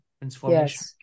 transformation